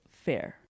fair